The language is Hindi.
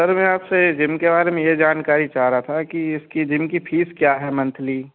सर मैं आपसे जिम के बारे में ये जानकारी चाह रहा था कि इसकी जिम की फीस क्या है मंथली